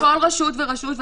של כל רשות ורשות.